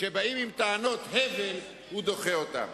כשבאים עם טענות הבל, הוא דוחה אותן.